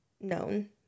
known